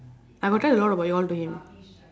I got tell a lot about you all to him